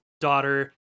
daughter